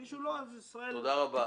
מי שלא שישראל --- תודה רבה.